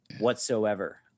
whatsoever